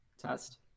test